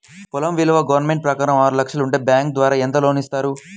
పొలం విలువ గవర్నమెంట్ ప్రకారం ఆరు లక్షలు ఉంటే బ్యాంకు ద్వారా ఎంత లోన్ ఇస్తారు?